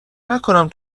نکنم